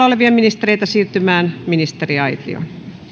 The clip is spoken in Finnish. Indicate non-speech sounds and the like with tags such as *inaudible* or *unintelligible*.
*unintelligible* olevia ministereitä siirtymään ministeriaitioon